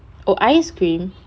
oh ice cream